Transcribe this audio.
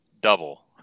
double